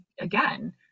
again